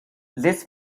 this